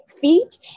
feet